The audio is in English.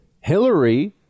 Hillary